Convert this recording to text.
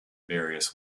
various